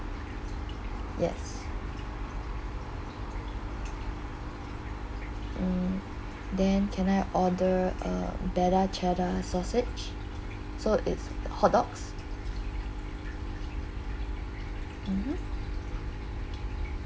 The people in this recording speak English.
yes mm then can I order a better cheddar sausage so it's hot dogs mmhmm